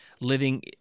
living